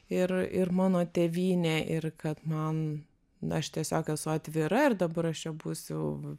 ir ir mano tėvynė ir kad man na aš tiesiog esu atvira ir dabar aš čia būsiu